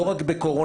לא רק בקורונה,